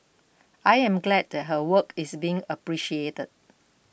I am glad that her work is being appreciated